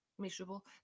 miserable